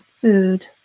food